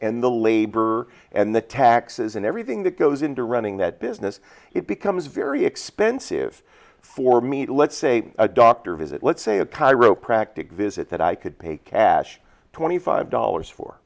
and the labor and the taxes and everything that goes into running that business it becomes very expensive for me to let's say a doctor visit let's say a chiropractic visit that i could pay cash twenty five dollars for